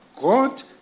God